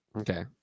Okay